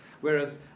Whereas